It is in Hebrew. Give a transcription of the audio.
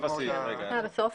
(10)